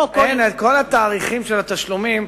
כל התאריכים של התשלומים,